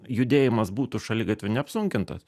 judėjimas būtų šaligatviu neapsunkintas